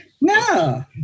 No